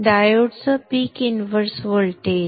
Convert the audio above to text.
डायोडचा peak inverse voltage